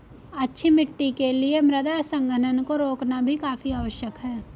अच्छी मिट्टी के लिए मृदा संघनन को रोकना भी काफी आवश्यक है